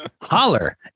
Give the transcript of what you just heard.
Holler